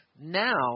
Now